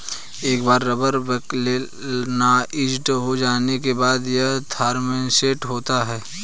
एक बार rubber vulcanized हो जाने के बाद, यह थर्मोसेट होता है